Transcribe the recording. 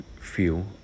feel